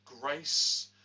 grace